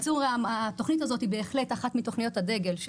התוכנית הזאת היא אחת מתוכניות הדגל של